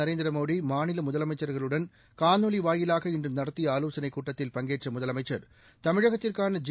நரேந்திரமோடி மாநில முதலமைச்சா்களுடன் காணொலி வாயிலாக இன்று நடத்திய ஆலோசனை கூட்டத்தில் பங்கேற்ற முதலமைச்சி தமிழகத்திற்காள ஜி